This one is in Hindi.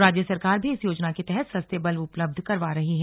राज्य सरकार भी इस योजना के तहत सस्ते बल्ब उपलब्ध करवा रही है